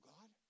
God